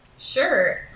Sure